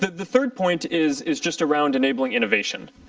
the third point is is just around enabling innovation.